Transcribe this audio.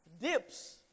dips